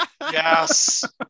Yes